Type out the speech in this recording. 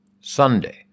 Sunday